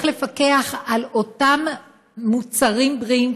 איך לפקח על אותם מוצרים בריאים,